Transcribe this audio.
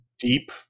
deep